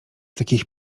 takich